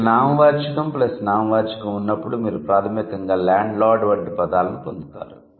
మీకు నామవాచకం ప్లస్ నామవాచకం ఉన్నప్పుడు మీరు ప్రాథమికంగా ల్యాండ్ లార్డ్ వంటి పదాలను పొందుతారు